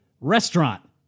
restaurant